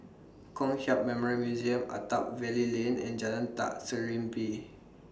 Kong Hiap Memorial Museum Attap Valley Lane and Jalan Ta Serimpi